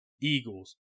Eagles